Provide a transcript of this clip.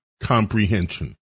comprehension